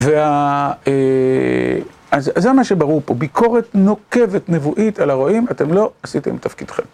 וזה מה שברור פה, ביקורת נוקבת נבואית על הרועים, אתם לא עשיתם את תפקידכם.